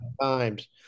times